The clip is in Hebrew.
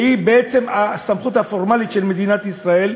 שהיא בעצם הסמכות הפורמלית של מדינת ישראל,